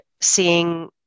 seeing